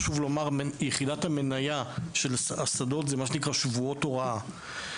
חשוב לומר שיחידת המניה של השדות זה מה שנקרא "שבועות הוראה".